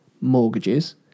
mortgages